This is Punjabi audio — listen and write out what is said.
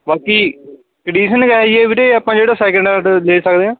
ਬਾਕੀ ਕੰਡੀਸ਼ਨ ਕਿਆ ਹੈ ਜੇ ਵੀਰੇ ਆਪਾਂ ਜਿਹੜਾ ਸੈਕਿੰਡ ਹੈਂਡ ਲੈ ਸਕਦੇ ਹਾਂ